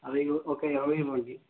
అవి ఒక ఇరవై ఇవ్వండి